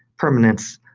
permanence,